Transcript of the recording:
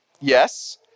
Yes